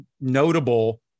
notable